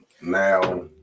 now